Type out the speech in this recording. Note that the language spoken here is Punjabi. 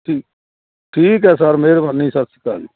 ਠੀਕ ਠੀਕ ਹੈ ਸਰ ਮੇਹਰਬਾਨੀ ਸਤਿ ਸ਼੍ਰੀ ਅਕਾਲ ਜੀ